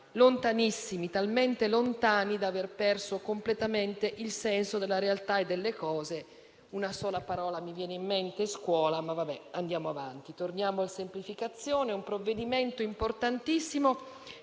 lontanissimi, talmente lontani da aver perso completamente il senso della realtà e delle cose. Una sola parola mi viene in mente: scuola. Vabbè, andiamo avanti. Torniamo al decreto semplificazioni: un provvedimento importantissimo